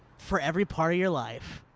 for every part of your life.